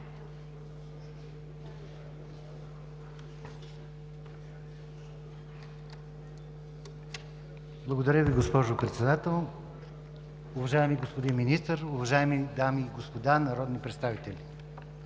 Благодаря Ви, госпожо Председател. Уважаеми господин Министър, уважаеми дами и господа народни представители!